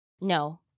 No